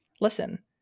Listen